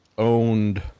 owned